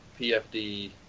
pfd